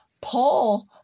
Paul